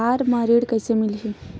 Car म ऋण कइसे मिलही?